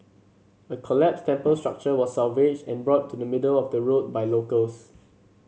a collapsed temple structure was salvaged and brought to the middle of the road by locals